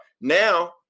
Now